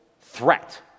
threat